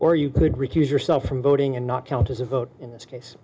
or you could recuse yourself from voting and not count as a vote in this case